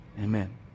Amen